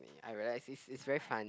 I realize it's it's very fun